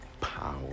power